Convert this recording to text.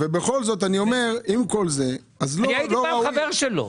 אני הייתי פעם חבר שלו.